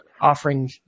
offering